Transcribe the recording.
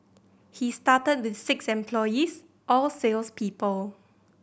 he started with six employees all sales people